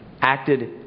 Acted